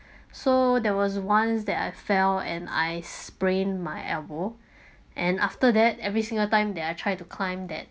so there was once that I fell and I sprained my elbow and after that every single time that I tried to climb that